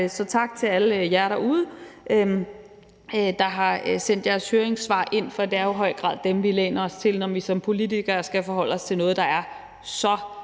tak til alle jer derude, der har sendt høringssvar ind, for det er jo i høj grad dem, vi læner os op ad, når vi som politikere skal forholde os til noget, der er så